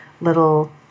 little